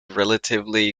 relatively